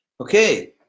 Okay